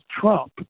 Trump